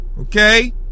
okay